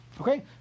Okay